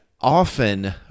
often